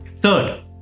Third